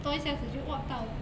多一下子就 !wah! 到了